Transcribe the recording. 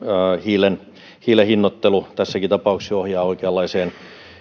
hiilen hiilen hinnoittelu tässäkin tapauksessa ohjaa oikeanlaiseen